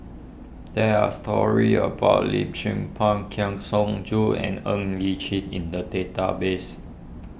there are stories about Lim Tze Peng Kang Siong Joo and Ng Li Chin in the database